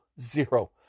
zero